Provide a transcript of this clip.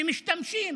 שמשתמשים